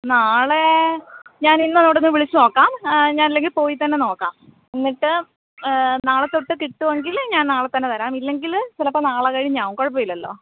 നാളെ ഞാൻ ഇന്നു അവിടെ ഒന്ന് വിളിച്ചു നോക്കാം ഞാൻ അല്ലെങ്കിൽ പോയിത്തന്നെ നോക്കാം എന്നിട്ട് നാളെത്തൊട്ട് കിട്ടുമെങ്കിൽ ഞാൻ നാളെ തന്നെ തരാം ഇല്ലെങ്കിൽ ചിലപ്പോൾ നാളെ കഴിഞ്ഞാവും കുഴപ്പമില്ലല്ലോ